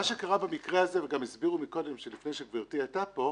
מה שקרה במקרה הזה וגם הסבירו מקודם לפני שגבירתי הייתה פה,